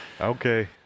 okay